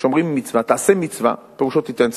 כשאומרים מצווה, תעשה מצווה, פירושו תיתן צדקה.